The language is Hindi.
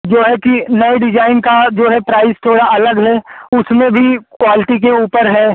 जो है कि नए डिजाइन का जो है प्राइस थोड़ा अलग है उसमें भी क्वालटी के ऊपर है